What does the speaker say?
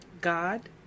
God